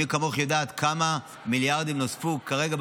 ומי כמוך יודעת כמה מיליארדים נוספו כרגע,